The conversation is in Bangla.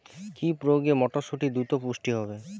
কি প্রয়োগে মটরসুটি দ্রুত পুষ্ট হবে?